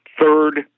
third